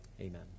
Amen